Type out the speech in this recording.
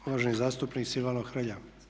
Uvaženi zastupnik Silvano Hrelja.